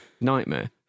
nightmare